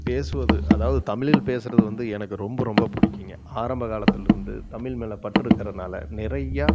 பேசுவது அதாவது தமிழில் பேசுவது வந்து எனக்கு ரொம்ப ரொம்ப பிடிக்குங்க ஆரம்ப காலத்திலருந்து தமிழ் மேல் பற்று இருக்கிறனால நிறைய